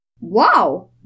Wow